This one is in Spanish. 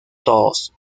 todos